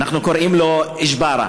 אנחנו קוראים לו ג'בארה,